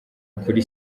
ukuri